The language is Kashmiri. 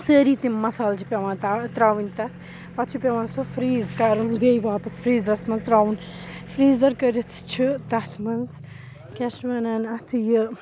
سأرِی تِم مَسالہٕ چھِ پٮ۪وان ترٛا ترٛاوٕنۍ تَتھ پَتہٕ چھِ پٮ۪وان سُہ فریٖز کَرُن بیٚیہِ واپَس فریٖزرَس منٛز ترٛاوُن فیٖزَر کٔرِتھ چھُ تَتھ منٛز کیٛاہ چھِ وَنان اَتھ یہِ